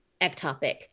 ectopic